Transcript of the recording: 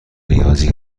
ریاضی